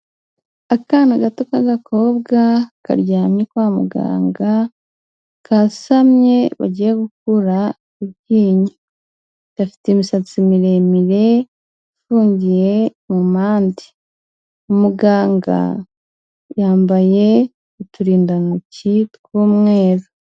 Akana gato k'agakobwa karyamye kwa muganga kasamye bagiye gukura iryinyo. Gafite imisatsi miremire ifungiye mu pande. Muganga yambaye uturindantoki tw'umweru.